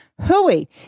Hooey